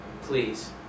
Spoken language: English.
Please